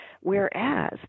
Whereas